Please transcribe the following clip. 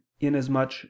inasmuch